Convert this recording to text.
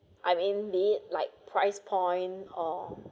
I mean indeed like price point or